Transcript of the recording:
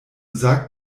sagt